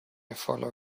follow